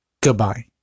Goodbye